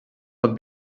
pot